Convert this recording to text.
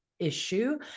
issue